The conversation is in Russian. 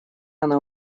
она